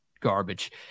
garbage